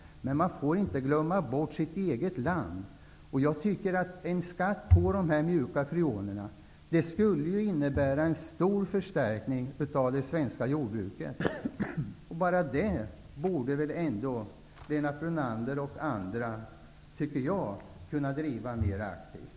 Men man får inte glömma bort sitt eget land. En skatt på de mjuka freonerna skulle innebära en stor förstärkning av det svenska jordbruket. Bara det borde Lennart Brunander och andra kunna driva mer aktivt.